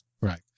right